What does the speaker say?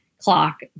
clock